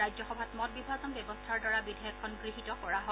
ৰাজ্যসভাত মত বিভাজন ব্যৱস্থাৰ দ্বাৰা বিধেয়কখন গৃহীত কৰা হয়